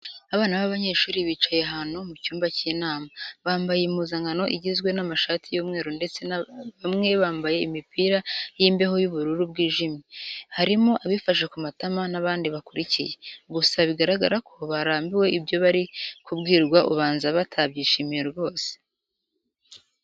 Abana b'abanyeshuri bicaye ahantu mu cyumba cy'inama, bambaye impuzankano igizwe n'amashati y'umweru ndetse bamwe bambaye imipira y'imbeho y'ubururu bwijimye, harimo abifashe ku matama n'abandi bakurikiye, gusa bigaragara ko barambiwe ibyo bari kubwirwa ubanza batabyishimiye rwose.